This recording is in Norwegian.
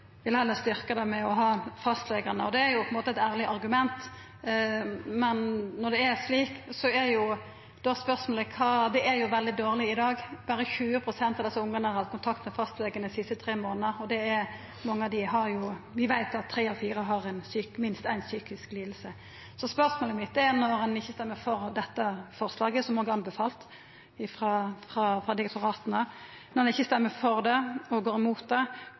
heller vil styrkja dette gjennom fastlegane. Det er eit ærleg argument. Men når det er slik: Dette er jo veldig dårleg i dag, berre 20 pst. av desse ungane har hatt kontakt med fastlegen dei siste tre månadene. Vi veit at tre av fire har minst éi psykisk liding. Så spørsmålet mitt, når ein ikkje stemmer for dette forslaget – som òg er anbefalt frå direktorata – men går imot det, er: Kva vil regjeringa gjera for å sikra at dei barna som bur på institusjon, får allmennlegeteneste? Det er det som er poenget: Dei får ikkje allmennlegeteneste i dag. Og korleis skal ein da sikra det